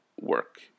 work